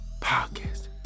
podcast